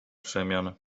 przemian